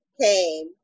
came